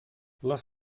les